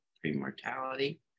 pre-mortality